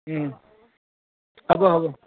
হ'ব হ'ব